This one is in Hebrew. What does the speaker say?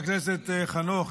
חבר הכנסת חנוך,